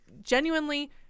genuinely